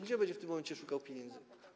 Gdzie będzie w tym momencie szukał pieniędzy?